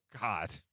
God